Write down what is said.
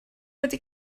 wedi